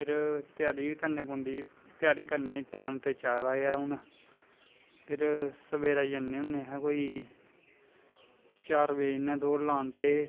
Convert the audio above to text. फिर तैयारीबी करनी पौंदी तैयारी करनें गी टैम ते चाही दा ऐ हून फिर सवेरै जन्ने होने अस कोई चार बज़े इ यां दौड़ लान ते